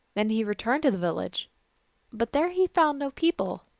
then he returned to the village but there he found no people,